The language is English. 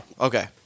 Okay